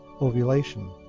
ovulation